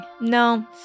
No